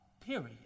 period